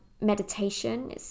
meditation